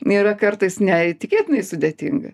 yra kartais neįtikėtinai sudėtinga